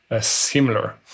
Similar